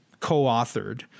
co-authored